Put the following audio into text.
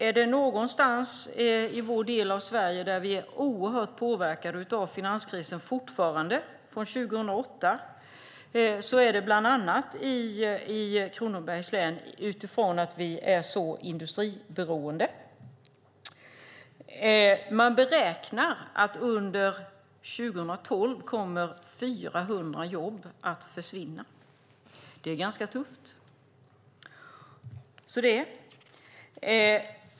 Är det någonstans i vår del av Sverige som vi fortfarande är oerhört starkt påverkade av 2008 års finanskris är det bland annat i Kronobergs län, eftersom vi är så industriberoende. Man beräknar att 400 jobb kommer att försvinna under 2012. Det är ganska tufft.